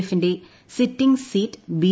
എഫിന്റെ sitting seat B